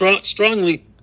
strongly